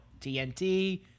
TNT